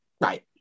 right